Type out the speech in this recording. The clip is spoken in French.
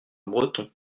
breton